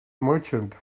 merchant